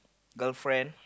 girlfriend